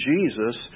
Jesus